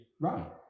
right